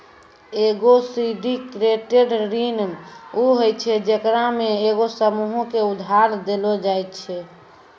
एगो सिंडिकेटेड ऋण उ होय छै जेकरा मे एगो समूहो के उधार देलो जाय छै